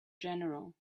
general